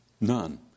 None